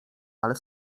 ale